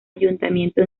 ayuntamiento